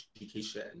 education